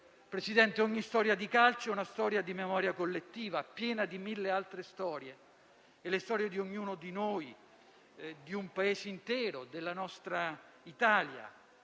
Presidente, ogni storia di calcio è una storia di memoria collettiva, piena di mille altre storie; le storie di ognuno di noi, di un Paese intero, della nostra Italia.